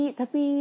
tapi